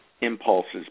impulses